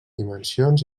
dimensions